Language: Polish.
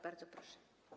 Bardzo proszę.